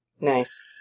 Nice